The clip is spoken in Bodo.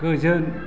गोजोन